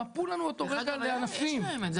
מפו לנו אותו רגע לענפים --- יש להם את זה.